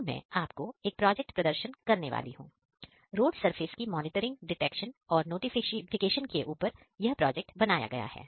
तो मैं आपको एक प्रोजेक्ट प्रदर्शन करने वाली हूं रोड सरफेस की मॉनिटरिंग डिटेक्शन और नोटिफिकेशन के ऊपर बनाया गया है